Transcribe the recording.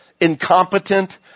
incompetent